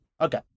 okay